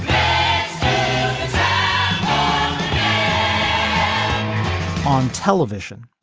on television